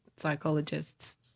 psychologists